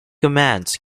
commands